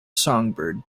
songbird